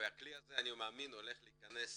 ואני מאמין שהכלי הזה הול להכנס